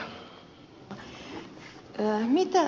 arvoisa puhemies